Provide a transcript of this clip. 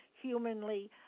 humanly